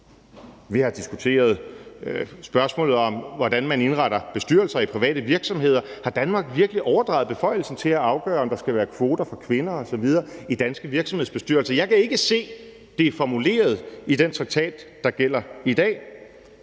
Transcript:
Vi har diskuteret spørgsmålet om, hvordan man indretter bestyrelser i private virksomheder. Har Danmark virkelig overdraget beføjelsen til at afgøre, om der skal være kvoter for kvinder osv. i danske virksomhedsbestyrelser? Jeg kan ikke se det formuleret i den traktat, der gælder i dag.